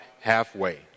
halfway